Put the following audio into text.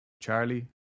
Charlie